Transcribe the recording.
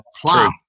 apply